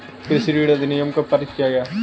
कृषि ऋण अधिनियम कब पारित किया गया?